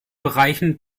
bereichen